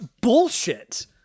bullshit